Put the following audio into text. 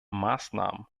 maßnahmen